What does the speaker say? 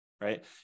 right